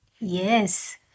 Yes